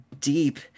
deep